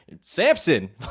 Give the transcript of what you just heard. Samson